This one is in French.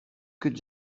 que